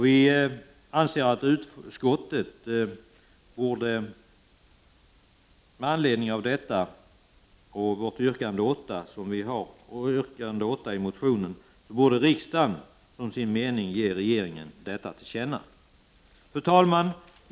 Vi anser att riksdagen med anledning av vårt yrkande 8 i motionen borde som sin mening ge regeringen detta till känna. Fru talman!